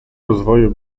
rozwoju